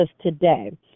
today